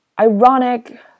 ironic